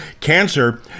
Cancer